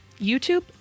YouTube